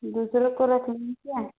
दूसरे को रख लेंगी क्या